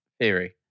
theory